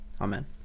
Amen